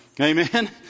Amen